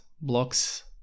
blocks